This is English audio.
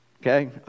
Okay